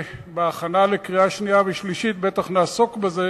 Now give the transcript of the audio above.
בהכנה לקריאה שנייה ולקריאה שלישית בטח נעסוק בזה,